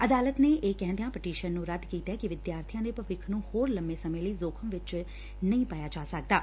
ਅਦਾਲਤ ਨੇ ਇਹ ਕਹਿੰਦਿਆਂ ਪਟੀਸ਼ਨ ਨੇੰ ਰੱਦ ਕੀਤੈ ਕਿ ਵਿਦਿਆਰਬੀਆਂ ਦੇ ਭਵਿੱਖ ਨੇੰ ਹੋਰ ਲੰਬੇ ਸਮੇਂ ਲਈ ਜ਼ੋਖਮ ਵਿਚ ਨਹੀ ਪਾਇਆ ਜਾ ਸਕਦੈ